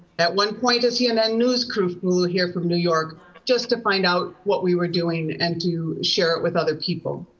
at one point a cnn news crew flew here from new york just to find out what we were doing and to share it with other people.